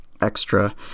extra